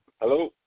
hello